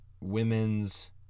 women's